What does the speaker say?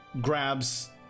grabs